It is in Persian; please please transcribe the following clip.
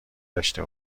داشته